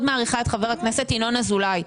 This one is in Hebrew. אני מאוד מעריכה את חבר הכנסת ינון אזולאי.